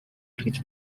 эргэж